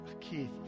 Keith